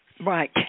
Right